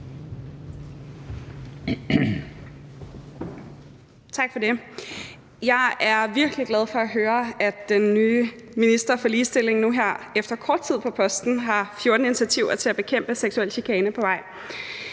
Jeg er virkelig glad for at høre, at den nye minister for ligestilling nu her efter kort tid på posten har 14 initiativer til at bekæmpe seksuel chikane på vej.